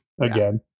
again